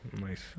Nice